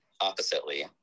oppositely